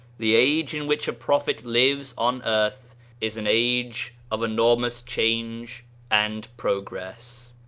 the age in which a prophet lives on earth is an age of enormous change and progress.